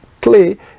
clay